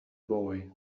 boy